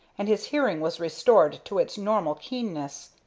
and his hearing was restored to its normal keenness.